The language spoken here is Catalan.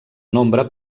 nombre